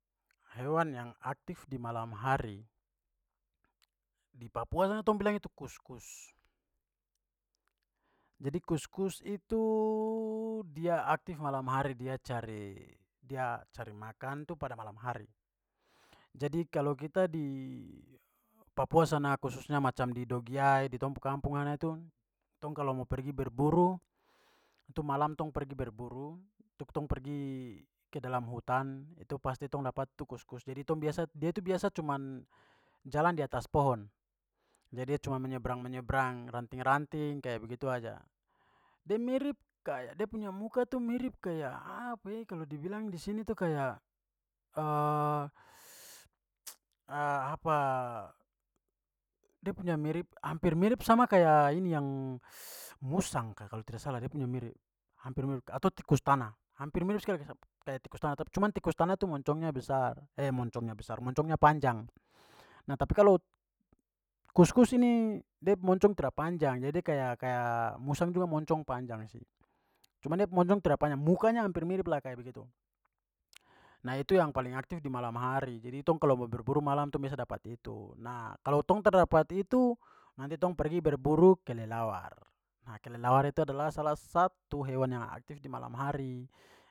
Hewan yang aktif di malam hari. Di papua sana tong bilang itu kuskus. Jadi kuskus itu dia aktif malam hari, dia cari- dia cari makan tu pada malam hari. Jadi kalo kita di papua sana khususnya macam di dogiyai di tong pu kampung sana tu tong kalo mo pergi berburu itu malam tong pergi berburu tong pergi ke dalam hutan itu pasti tong dapat tu kuskus. dia itu biasa cuman jalan di atas pohon, jadi de cuman menyeberang-menyebrang ranting-ranting, kayak begitu saja. Dia mirip kayak- dia punya muka tu mirip kayak, apa e, kalau dibilang di sini tu kayak apa, da punya mirip- hampir mirip sama kayak ini yang musang ka kalau tidak salah da punya mirip, hampir mirip. Atau tikus tanah. Hampir mirip sekali kayak tikus tanah, tapi cuman tikus tanah tu moncongnya besar, eh, moncongnya besar, moncongnya panjang. Nah, tapi kalo kuskus ini de pu moncong tra panjang, jadi de kayak- kayak musang juga moncong panjang sih cuman da pu moncong tra panjang. Mukanya hampir mirip lah kayak begitu. Nah, itu yang paling aktif di malam hari. Jadi tong kalau mau berburu malam tu tong biasa dapat itu. Nah, kalau tong tradapat itu nanti tong pergi berburu kelelawar, nah, kelelawar itu adalah salah satu hewan yang aktif di malam hari.